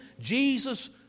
Jesus